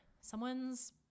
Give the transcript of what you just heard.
someone's